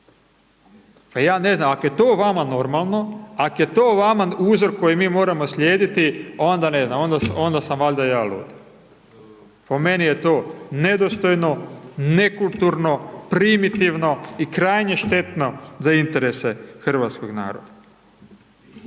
pa ja ne znam ak je to vama normalno, ak je to vama uzor koji mi moramo slijediti onda ne znam, onda sam valjda ja lud. Po meni je to nedostojno, nekulturno, primitivno i krajnje štetno za interese hrvatskog naroda.